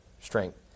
strength